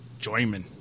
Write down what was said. Joyman